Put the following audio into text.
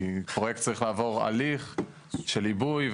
כי פרויקט צריך לעבור הליך של עיבוי.